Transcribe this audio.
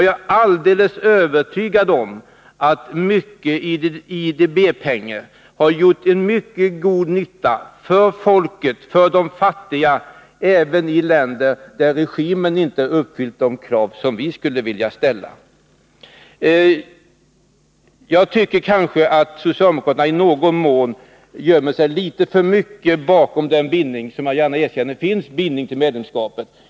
Jag är alldeles övertygad om att IDB-pengarna har gjort mycket god nytta för folket, för de fattiga, även i de länder där regimen inte uppfyller de krav som vi skulle vilja ställa. Jag tycker att socialdemokraterna gömmer sig för mycket bakom bindningen — jag vill gärna erkänna att det finns en sådan bindning — till medlemskapet.